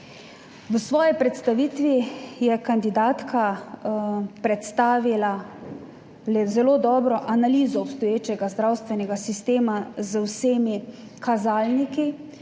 V svoji predstavitvi je kandidatka predstavila zelo dobro analizo obstoječega zdravstvenega sistema z vsemi kazalniki.